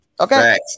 Okay